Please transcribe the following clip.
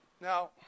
Now